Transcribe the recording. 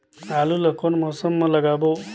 आलू ला कोन मौसम मा लगाबो?